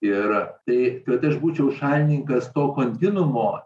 ir tai kad aš būčiau šalininkas to kontinuumo